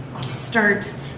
start